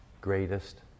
greatest